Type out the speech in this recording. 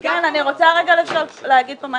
--- גפני, אני רוצה רגע להגיד פה משהו.